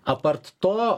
apart to